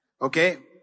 Okay